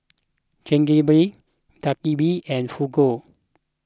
Chigenabe Dak Galbi and Fugu